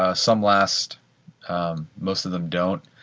ah some last most of them don't.